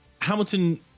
Hamilton